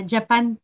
Japan